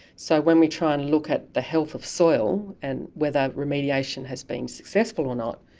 so when we try and look at the health of soil and whether remediation has been successful or not,